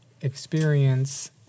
experience